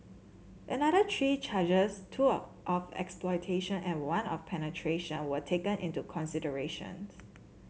another three charges two of of exploitation and one of penetration were taken into consideration